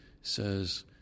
says